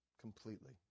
Completely